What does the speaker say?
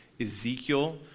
Ezekiel